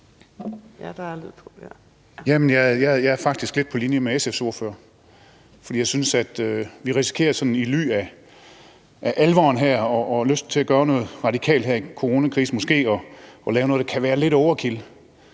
Jeg er faktisk lidt på linje med SF's ordfører, for jeg synes, at vi risikerer i ly af alvoren her at gøre noget radikalt her i coronakrisen og lave noget, der kan være lidt overkill.